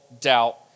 doubt